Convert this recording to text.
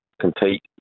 compete